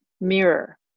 mirror